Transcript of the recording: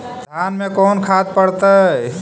धान मे कोन खाद पड़तै?